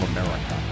America